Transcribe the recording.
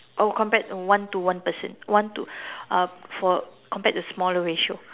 oh compared one to one person one to uh for compared to smaller ratio